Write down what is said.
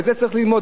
ואת זה צריך ללמוד.